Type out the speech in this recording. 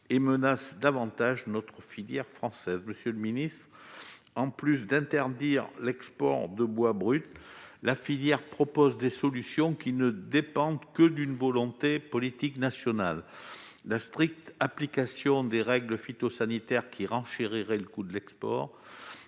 et menace davantage notre filière française, monsieur le Ministre, en plus d'interdire l'export de bois brut la filière propose des solutions qui ne dépend que d'une volonté politique nationale la stricte application des règles phytosanitaires qui renchérirait le coût de l'export